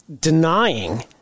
denying